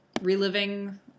reliving